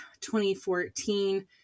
2014